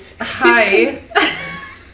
Hi